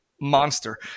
monster